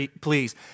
please